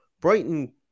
Brighton